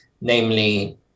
namely